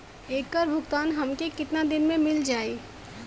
ऐकर भुगतान हमके कितना दिन में मील जाई?